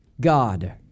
God